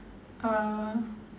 uh